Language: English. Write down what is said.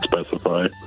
specify